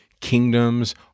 kingdoms